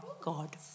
God